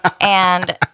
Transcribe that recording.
And-